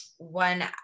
one